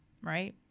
right